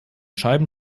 scheiben